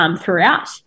throughout